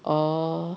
orh